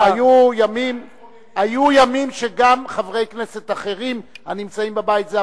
היו ימים שגם חברי כנסת אחרים הנמצאים בבית הזה,